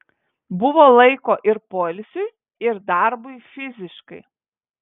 buvo laiko ir poilsiui ir darbui fiziškai